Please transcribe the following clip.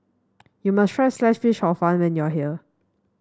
you must try Sliced Fish Hor Fun when you are here